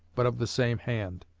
but of the same hand.